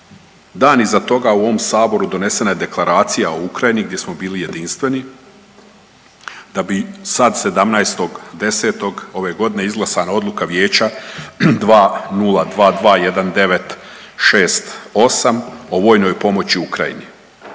Dan iza toga u ovom saboru donesena je Deklaracija o Ukrajini gdje smo bili jedinstveni, da bi sad 17.10. ove godine izglasana Odluka Vijeća 20221968 o vojnoj pomoći Ukrajini.